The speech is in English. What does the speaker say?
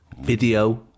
Video